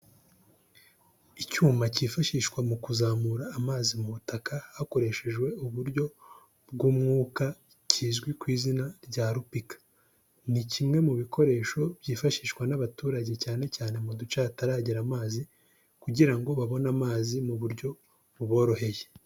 Icyuma cyifashishwa mu kuzamura amazi mu butaka hakoreshejwe uburyo bw'umwuka, kizwi ku izina rya rupika. Ni kimwe mu bikoresho byifashishwa n'abaturage, cyane cyane mu duce hataragera amazi, kugira ngo babone amazi mu buryo buboroheye.